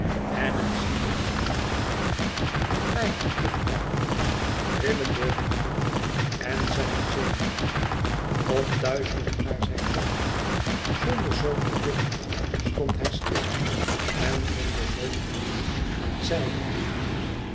en het ziedde in hem met pijn en blijheid tegelijk rillend door zijn bloed en zijne zenuwen opduizelend naar zijn hoofd zonder zoo te willen stond hij stil en zonder zoo te willen zeide hij het